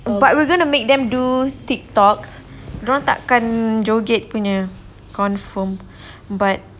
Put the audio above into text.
but we're going to make them do TikToks dia orang tak akan joget punya confirm but